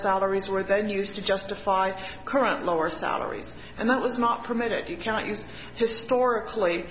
salaries were then used to justify current lower salaries and that was not permitted you cannot use historically